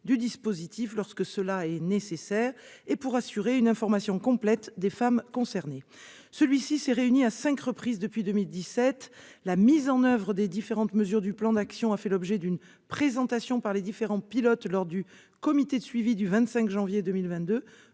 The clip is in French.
du dispositif lorsque cela est nécessaire et pour assurer une information complète des femmes concernées. Celui-ci s'est réuni à cinq reprises depuis 2017. La mise en oeuvre des différentes mesures du plan d'action a fait l'objet d'une présentation par les différents pilotes lors du comité de suivi du 25 janvier 2022